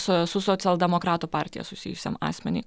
su socialdemokratų partija susijusiam asmeniui